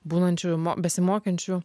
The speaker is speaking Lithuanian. būnančių besimokančių